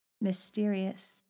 Mysterious